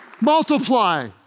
multiply